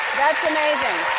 that's amazing.